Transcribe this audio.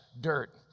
dirt